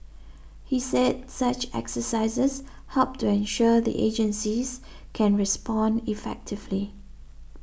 he said such exercises help to ensure the agencies can respond effectively